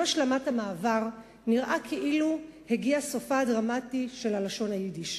עם השלמת המעבר נראה כאילו הגיע סופה הדרמטי של לשון היידיש.